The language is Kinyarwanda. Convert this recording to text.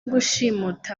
gushimuta